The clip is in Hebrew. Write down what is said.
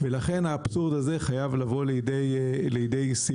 ולכן האבסורד הזה חייב לבוא לידי סיום.